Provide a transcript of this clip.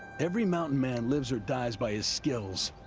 every mountain man lives or dies by his skills,